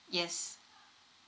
yes